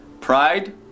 Pride